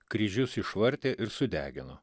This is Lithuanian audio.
kryžius išvartė ir sudegino